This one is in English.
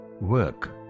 work